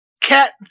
Cat